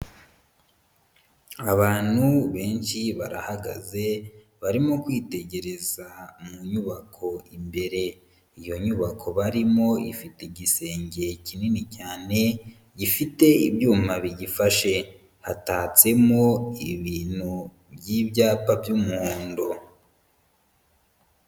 Abantu benshi barahagaze, barimo kwitegereza mu nyubako imbere. Iyo nyubako barimo ifite igisenge kinini cyane gifite ibyuma bigifashe, atatsemo ibintu by'ibyapa by'umuhondo.